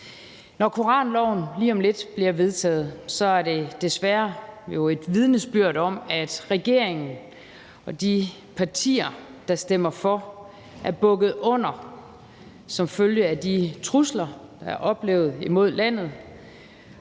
Når koranloven lige om lidt bliver vedtaget, er det desværre jo et vidnesbyrd om, at regeringen og de partier, der stemmer for, er bukket under som følge af de trusler, der er oplevet imod i landet.